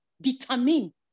determine